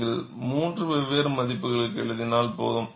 நீங்கள் 3 வெவ்வேறு மதிப்புகளுக்கு எழுதினால் போதும்